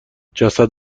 جسد